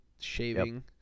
shaving